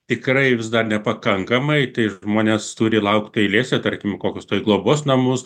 tikrai vis dar nepakankamai tai žmonės turi laukti eilėse tarkim kokius globos namus